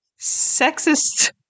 sexist